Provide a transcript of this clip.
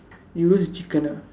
you roast the chicken ah